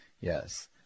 Yes